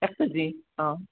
এক কেজি অঁ